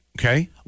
okay